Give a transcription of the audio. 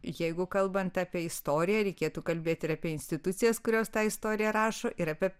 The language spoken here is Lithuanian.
jeigu kalbant apie istoriją reikėtų kalbėti ir apie institucijas kurios tą istoriją rašo ir apie